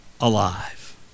alive